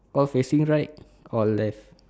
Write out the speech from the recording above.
all facing right or left